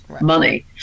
money